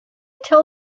tell